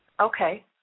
Okay